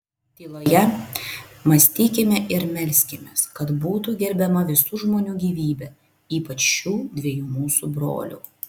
tyloje mąstykime ir melskimės kad būtų gerbiama visų žmonių gyvybė ypač šių dviejų mūsų brolių